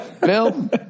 Bill